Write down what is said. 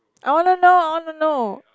I wanna know I wanna know